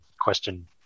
question